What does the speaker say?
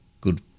good